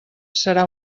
serà